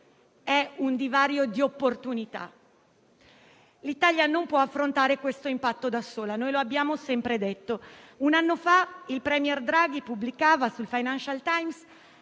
un divario di opportunità. L'Italia non può affrontare questo impatto da sola, lo abbiamo sempre detto. Un anno fa il *premier* Draghi pubblicava sul «Financial Times»